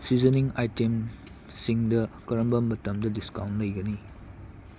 seasoning ꯑꯥꯏꯇꯦꯝꯁꯤꯡꯗ ꯀꯔꯝꯕ ꯃꯇꯝꯗ ꯗꯤꯁꯀꯥꯎꯟ ꯂꯩꯒꯅꯤ